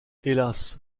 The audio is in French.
hélas